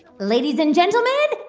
ladies and gentlemen,